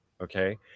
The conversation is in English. Okay